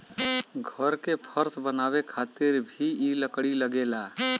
घर के फर्श बनावे खातिर भी इ लकड़ी लगेला